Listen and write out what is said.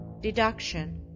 DEDUCTION